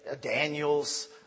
Daniel's